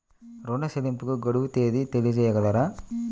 ఋణ చెల్లింపుకు గడువు తేదీ తెలియచేయగలరా?